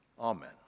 Amen